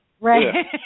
right